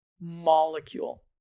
molecule